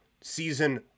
season